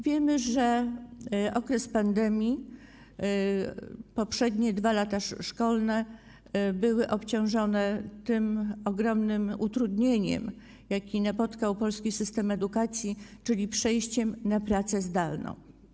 Wiemy, że w okresie pandemii poprzednie 2 lata szkolne były obciążone ogromnym utrudnieniem, jakie napotkał polski system edukacji, czyli przejściem na pracę zdalną.